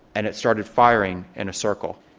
and it started firing in a circle.